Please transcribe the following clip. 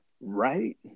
right